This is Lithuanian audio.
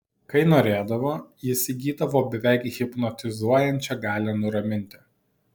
kai norėdavo jis įgydavo beveik hipnotizuojančią galią nuraminti